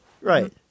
Right